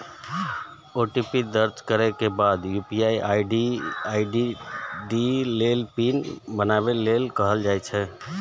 OTP दर्ज करै के बाद यू.पी.आई आई.डी लेल पिन बनाबै लेल कहल जाइ छै